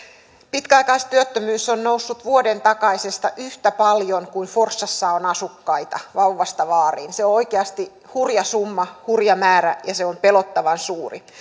pitkäaikaistyöttömyys on noussut vuoden takaisesta yhtä paljon kuin forssassa on asukkaita vauvasta vaariin se on oikeasti hurja summa hurja määrä ja se on pelottavan suuri